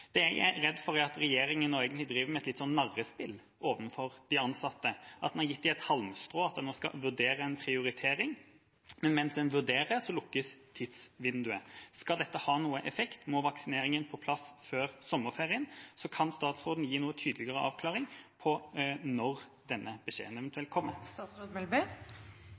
Det jeg er redd for, er at regjeringa nå egentlig driver et slags narrespill overfor de ansatte, at man har gitt dem et halmstrå om at man skal vurdere en prioritering. Men mens man vurderer, lukkes tidslinjen. Skal dette ha noen effekt, må vaksineringen på plass før sommerferien. Kan statsråden gi en tydeligere avklaring på når denne beskjeden eventuelt kommer?